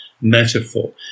metaphor